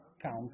count